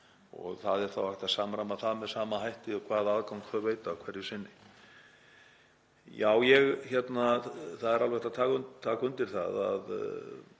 og það er þá hægt að samræma það með sama hætti og hvaða aðgang þau veita hverju sinni. Það er alveg hægt að taka undir það